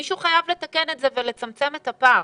מישהו חייב לתקן את זה ולצמצם את הפער.